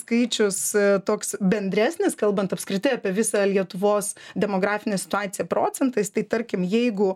skaičius toks bendresnis kalbant apskritai apie visą lietuvos demografinę situaciją procentais tai tarkim jeigu